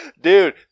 Dude